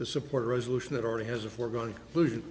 the support resolution that already has a foregone conclusion